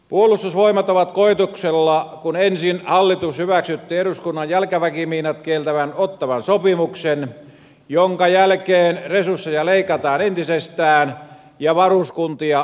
puolustusvoimat on koetuksella kun ensin hallitus hyväksytti eduskunnalla jalkaväkimiinat kieltävän ottawan sopimuksen minkä jälkeen resursseja leikataan entisestään ja varuskuntia lakkautetaan